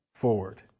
Forward